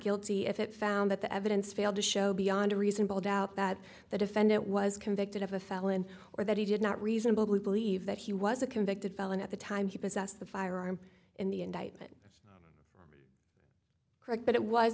guilty if it found that the evidence failed to show beyond a reasonable doubt that the defendant was convicted of a felon or that he did not reasonably believe that he was a convicted felon at the time he possessed the firearm in the indictment that's correct but